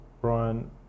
Brian